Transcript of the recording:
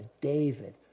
David